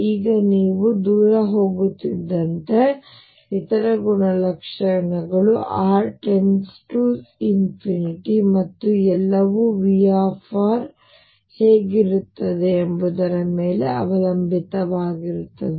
ಈಗ ನೀವು ದೂರ ಹೋಗುತ್ತಿದ್ದಂತೆ ಇತರ ಗುಣಲಕ್ಷಣಗಳು r ಮತ್ತು ಎಲ್ಲವೂ V ಹೇಗಿರುತ್ತದೆ ಎಂಬುದರ ಮೇಲೆ ಅವಲಂಬಿತವಾಗಿರುತ್ತದೆ